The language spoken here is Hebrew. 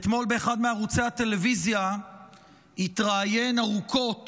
אתמול באחד מערוצי הטלוויזיה התראיין ארוכות